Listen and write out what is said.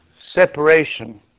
separation